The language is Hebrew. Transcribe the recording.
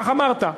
כך אמרת,